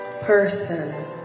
person